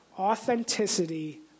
Authenticity